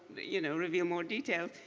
you know, reveal more details.